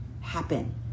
happen